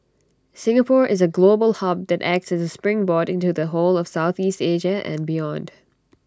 Singapore is A global hub that acts as springboard into the whole of Southeast Asia and beyond